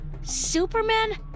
Superman